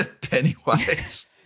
Pennywise